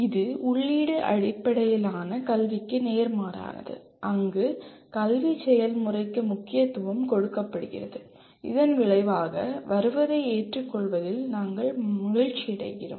இது உள்ளீட்டு அடிப்படையிலான கல்விக்கு நேர்மாறானது அங்கு கல்வி செயல்முறைக்கு முக்கியத்துவம் கொடுக்கப்படுகிறது இதன் விளைவாக வருவதை ஏற்றுக்கொள்வதில் நாங்கள் மகிழ்ச்சியடைகிறோம்